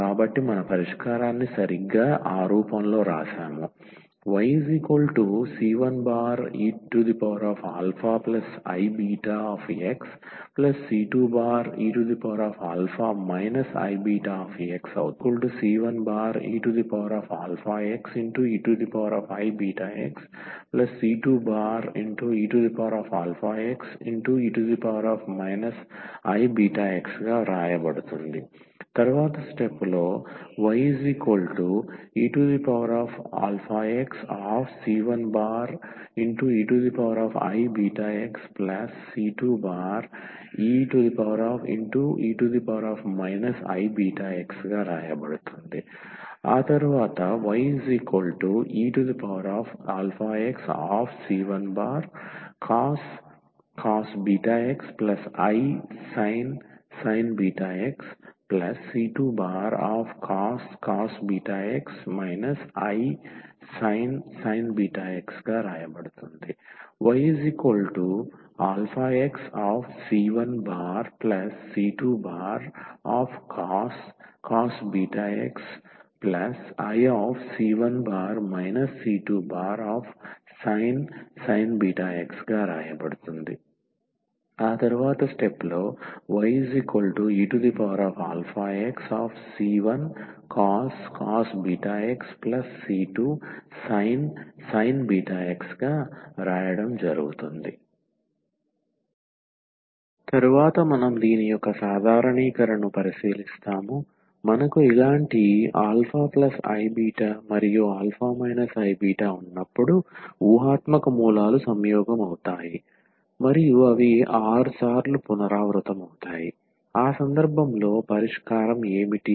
కాబట్టి మన పరిష్కారాన్ని సరిగ్గా ఆ రూపంలో వ్రాసాము yc1eαiβxc2eα iβx yc1eαxeiβxc2eαxe iβx ⟹yeαxc1eiβxc2e iβx yeαxc1cos βxisin βx c2cos βx isin βx yeαxc1c2cos βx isin βx yeαxc1cos βxc2sin βx తరువాత మనం దీని యొక్క సాధారణీకరణను పరిశీలిస్తాము మనకు ఇలాంటి αiβ మరియు α iβ ఉన్నప్పుడు ఊహాత్మక మూలాలు సంయోగం అవుతాయి మరియు అవి r సార్లు పునరావృతమవుతాయి ఆ సందర్భంలో పరిష్కారం ఏమిటి